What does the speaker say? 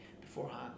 beforehand